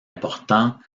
important